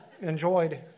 enjoyed